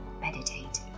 meditate